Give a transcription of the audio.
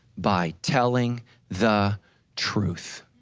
by telling the truth.